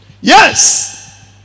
Yes